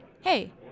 Hey